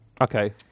Okay